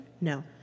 No